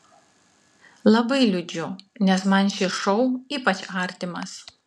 labai liūdžiu nes man šis šou ypač artimas